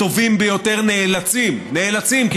הטובים ביותר נאלצים נאלצים,